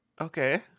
Okay